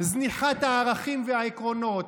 זניחת הערכים והעקרונות,